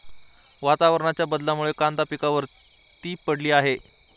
वातावरणाच्या बदलामुळे कांदा पिकावर ती पडली आहे